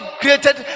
created